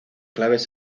claves